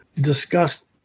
discussed